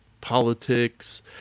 politics